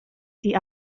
die